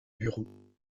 bureau